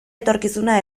etorkizuna